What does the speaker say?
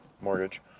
mortgage